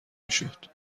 میشد